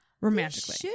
romantically